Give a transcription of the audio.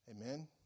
Amen